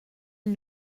une